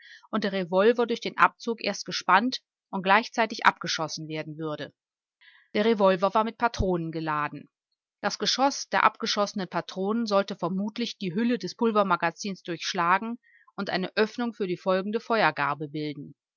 und der revolver durch den abzug erst gespannt und gleichzeitig abgeschossen werden würde der revolver war mit patronen geladen das geschoß der abgeschossenen patronen sollte vermutlich die hülle des pulvermagazins durchschlagen und eine öffnung für die folgende feuergarbe bilden